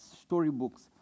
storybooks